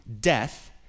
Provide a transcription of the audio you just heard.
death